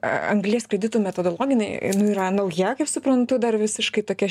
a anglies kreditų metodologija ji nu yra nauja kaip suprantu dar visiškai tokia